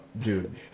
Dude